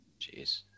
Jeez